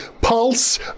pulse